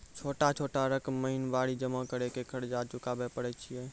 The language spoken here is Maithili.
छोटा छोटा रकम महीनवारी जमा करि के कर्जा चुकाबै परए छियै?